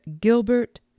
Gilbert